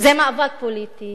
זה מאבק פוליטי,